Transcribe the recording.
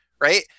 Right